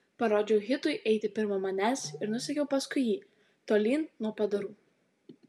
parodžiau hitui eiti pirma manęs ir nusekiau paskui jį tolyn nuo padarų